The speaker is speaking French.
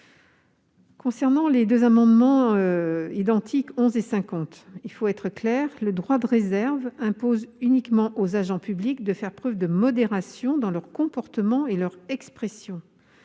concerne les amendements identiques n 11 et 50, je précise que le devoir de réserve impose uniquement aux agents publics de faire preuve de modération dans leur comportement et leur expression.